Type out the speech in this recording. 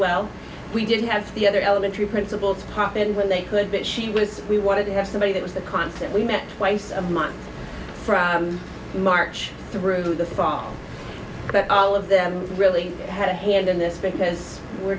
well we didn't have the other elementary principle to pop in when they could but she was we wanted to have somebody that was the constant we met twice a month from march through the fall but all of them really had a hand in this because we're